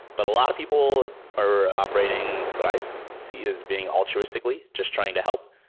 but a lot of people are operating what i see see is being altruistically, just trying to help,